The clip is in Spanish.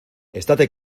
estate